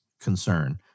concern